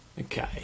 Okay